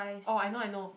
orh I know I know